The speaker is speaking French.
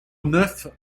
neuf